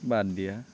বাদ দিয়া